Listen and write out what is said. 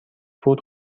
فود